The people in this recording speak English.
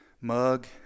mug